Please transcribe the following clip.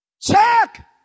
check